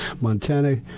Montana